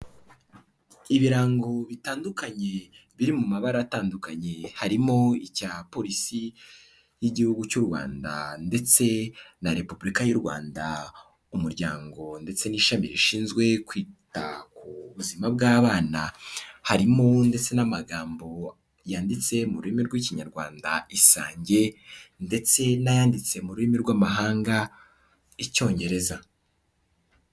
Ibirango bitandukanye, biri mu mabara atandukanye, harimo icya polisi y'igihugu cy'u Rwanda, ndetse na Repubulika y'u Rwanda, umuryango ndetse n'ishami rishinzwe kwita ku buzima bw'abana, harimo ndetse n'amagambo yanditse mu rurimi rw'ikinyarwanda, isange ndetse n'ayanditse mu rurimi rw'amahanga icyongereza.